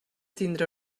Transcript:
tindre